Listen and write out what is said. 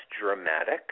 dramatic